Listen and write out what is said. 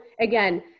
again